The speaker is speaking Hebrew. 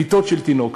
מיטות תינוק,